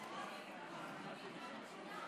אנחנו עוברים לנושא השלישי.